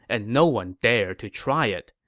and no one dared to try it.